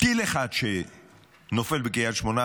טיל אחד שנופל בקריית שמונה,